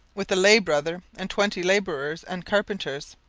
with a lay brother and twenty labourers and carpenters.